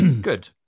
good